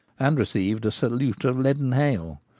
and received a salute of leaden hail.